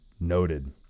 Noted